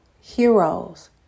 heroes